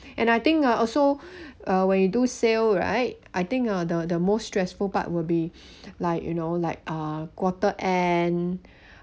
and I think uh also uh when you do sale right I think uh the the most stressful part will be like you know like uh quarter end